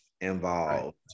involved